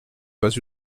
pas